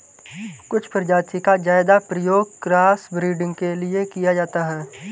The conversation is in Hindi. कुछ प्रजाति का ज्यादा प्रयोग क्रॉस ब्रीडिंग के लिए किया जाता है